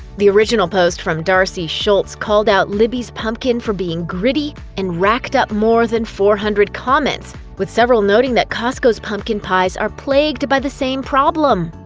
the original post from darcy schultz called out libby's pumpkin for being gritty and racked up more than four hundred comments, with several noting that costco's pumpkin pies are plagued by the same problem.